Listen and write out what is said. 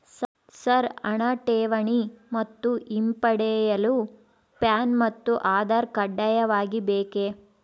Sir ಹಣ ಠೇವಣಿ ಮತ್ತು ಹಿಂಪಡೆಯಲು ಪ್ಯಾನ್ ಮತ್ತು ಆಧಾರ್ ಕಡ್ಡಾಯವಾಗಿ ಬೇಕೆ?